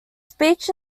speech